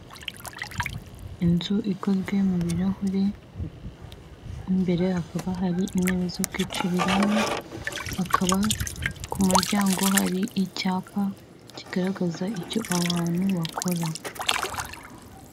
Inzu ikozwe mu birahure, mo imbere hakaba hari intebe zo kwicariramo, hakaba ku muryango hari icyapa kigaragaza icyo aho hantu bakora.